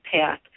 path